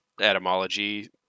etymology